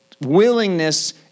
willingness